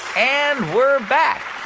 and we're back.